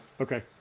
Okay